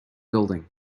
building